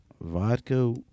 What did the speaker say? vodka